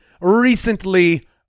recently